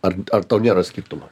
ar ar tau nėra skirtumo